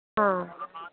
हाँ